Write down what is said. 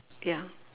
ya